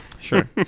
Sure